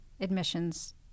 admissions